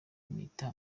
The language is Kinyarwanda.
mpita